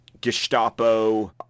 gestapo